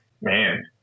Man